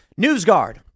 NewsGuard